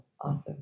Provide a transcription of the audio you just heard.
Awesome